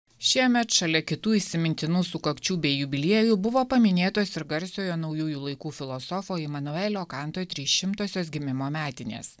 šiemet šalia kitų įsimintinų sukakčių bei jubiliejų buvo paminėtos ir garsiojo naujųjų laikų filosofo imanuelio kanto trys šimtosios gimimo metinės